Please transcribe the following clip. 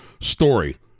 story